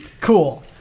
Cool